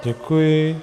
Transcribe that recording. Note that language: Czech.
Děkuji.